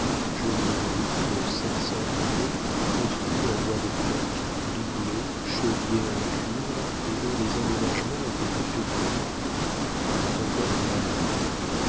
joli brick de sept cents tonneaux construit en bois de teck doublé chevillé en cuivre et dont les emménagements ont été faits pour moi c'est encore une valeur